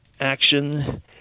action